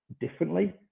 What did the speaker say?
differently